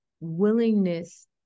willingness